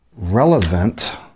relevant